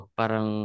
parang